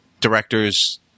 directors